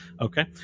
Okay